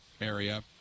area